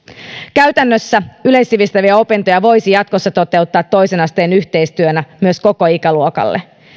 käytännössä yleissivistäviä opintoja voisi jatkossa toteuttaa toisen asteen yhteistyönä myös koko ikäluokalle